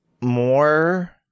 more